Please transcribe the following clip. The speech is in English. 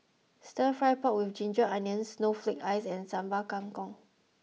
Stir Fry Pork with Ginger Onions Snowflake Ice and Sambal Kangkong